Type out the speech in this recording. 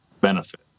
benefit